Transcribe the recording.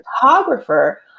photographer